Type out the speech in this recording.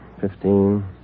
Fifteen